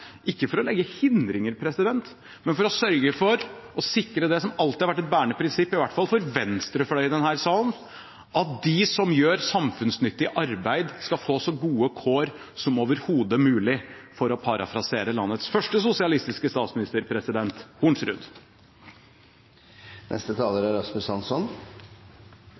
ikke for å legge hindringer, men for å sørge for å sikre det som alltid har vært et bærende prinsipp, i hvert fall for venstrefløyen i denne salen, at de som gjør samfunnsnyttig arbeid, skal få så gode kår som overhodet mulig, for å parafrasere landets første sosialistiske statsminister, Hornsrud. Delingsøkonomi, formidlingsøkonomi, plattformøkonomi osv. er